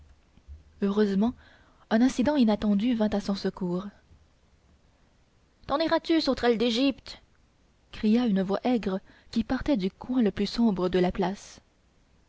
heureusement un incident inattendu vint à son secours t'en iras-tu sauterelle d'égypte cria une voix aigre qui partait du coin le plus sombre de la place